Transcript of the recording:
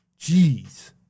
Jeez